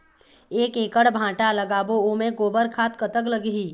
एक एकड़ भांटा लगाबो ओमे गोबर खाद कतक लगही?